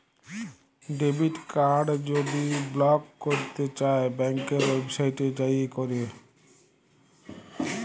debit card যদি block ক্যইরতে চাই ব্যাংকের ওয়েবসাইটে যাঁয়ে ক্যরে